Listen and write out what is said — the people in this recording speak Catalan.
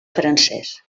francès